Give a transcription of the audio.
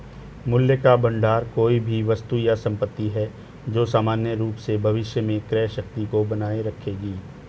मूल्य का भंडार कोई भी वस्तु या संपत्ति है जो सामान्य रूप से भविष्य में क्रय शक्ति को बनाए रखेगी